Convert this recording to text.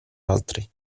altri